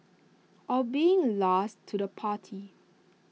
or being last to the party